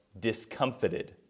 discomfited